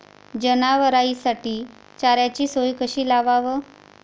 जनावराइसाठी चाऱ्याची सोय कशी लावाव?